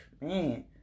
man